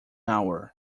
hour